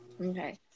okay